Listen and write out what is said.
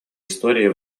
истории